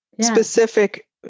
specific